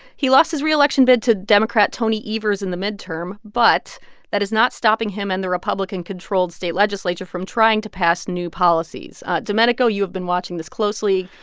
he lost his reelection bid to democrat tony evers in the midterm. but that is not stopping him and the republican-controlled state legislature from trying to pass new policies. domenico, you have been watching this closely.